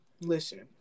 listen